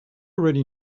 already